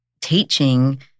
teaching